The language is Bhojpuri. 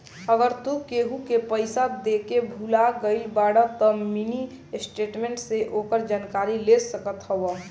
अगर तू केहू के पईसा देके भूला गईल बाड़ऽ तअ मिनी स्टेटमेंट से ओकर जानकारी ले सकत हवअ